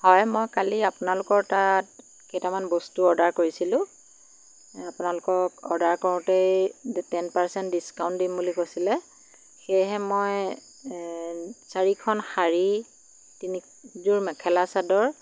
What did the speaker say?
হয় মই কালি আপোনালোকৰ তাত কেইটামান বস্তু অৰ্ডাৰ কৰিছিলোঁ আপোনালোকক অৰ্ডাৰ কৰোঁতেই টেন পাৰচেণ্ট ডিচকাউণ্ট দিম বুলি কৈছিলে সেয়েহে মই চাৰিখন শাড়ী তিনিযোৰ মেখেলা চাদৰ